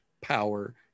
power